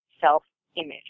self-image